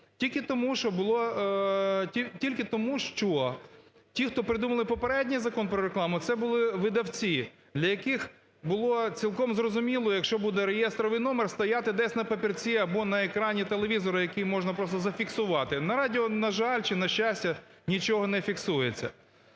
Тільки тому, що ті, хто придумали попередній Закон про рекламу, це були видавці, для яких було цілком зрозуміло, якщо буде реєстровий номер стояти десь на папірці або на екрані телевізору, який можна просто зафіксувати. На радіо, на жаль, чи на щастя нічого не фіксується.